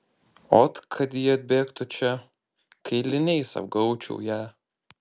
ot kad ji atbėgtų čia kailiniais apgaubčiau ją